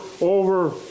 over